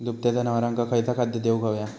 दुभत्या जनावरांका खयचा खाद्य देऊक व्हया?